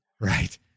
Right